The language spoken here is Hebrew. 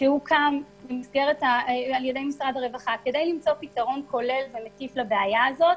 שהוקם על ידי משרד הרווחה כדי למצוא פתרון כולל ומקיף לבעיה הזאת,